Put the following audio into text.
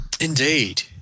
Indeed